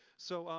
so,